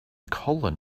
colin